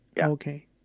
Okay